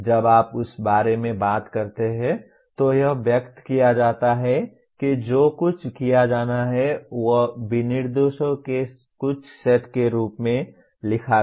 जब आप उस बारे में बात करते हैं तो यह व्यक्त किया जाता है कि जो कुछ किया जाना है वह विनिर्देशों के कुछ सेट के रूप में लिखा गया है